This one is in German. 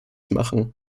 machen